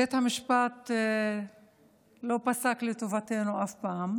בית המשפט לא פסק לטובתנו אף פעם.